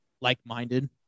like-minded